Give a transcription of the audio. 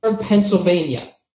Pennsylvania